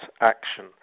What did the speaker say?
action